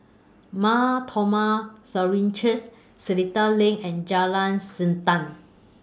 Mar Thoma Syrian Church Seletar LINK and Jalan Siantan